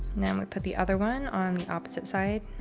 then we put the other one on the opposite side.